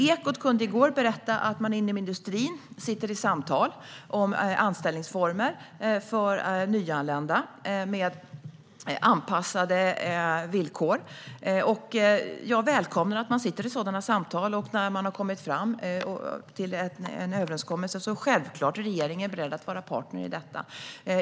Ekot kunde i går berätta att man inom industrin sitter i samtal om anställningsformer med anpassade villkor för nyanlända. Jag välkomnar att man sitter i sådana samtal. När man har kommit fram till en överenskommelse är regeringen självklart beredd att vara partner i detta.